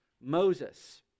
Moses